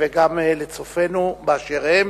וגם לצופינו באשר הם,